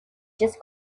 just